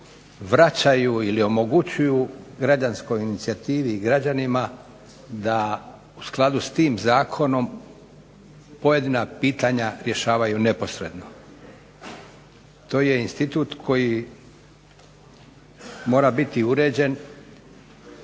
vraćaju ili omogućuju građanskoj inicijativi i građanima da u skladu s tim zakonom pojedina pitanja rješavaju neposredno. To je institut koji mora biti uređen